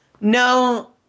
no